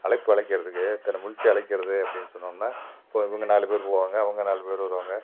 அழைப்பு அழைக்குறதுக்கு இத்தனை முழிச்சி அழைக்குறது அப்படினு சொன்னோம்னால் இப்போது அதில் நாலு பேர் போவாங்க அவங்க நாலு பேர் வருவாங்க